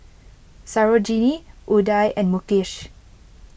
Sarojini Udai and Mukesh